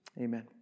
Amen